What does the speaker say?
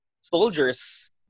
soldiers